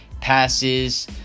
passes